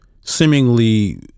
seemingly